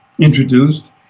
introduced